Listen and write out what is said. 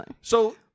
So-